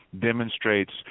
demonstrates